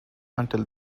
until